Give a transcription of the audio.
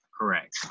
correct